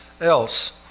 else